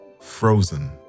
frozen